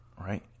right